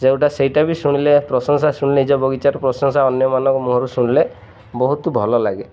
ଯେଉଁଟା ସେଇଟା ବି ଶୁଣିଲେ ପ୍ରଶଂସା ଶୁଣିଲେ ନିଜ ବଗିଚାର ପ୍ରଶଂସା ଅନ୍ୟମାନ ମୁହଁରୁ ଶୁଣିଲେ ବହୁତ ଭଲ ଲାଗେ